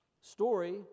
story